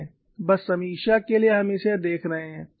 बस समीक्षा के लिए हम इसे देख रहे हैं